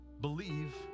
Believe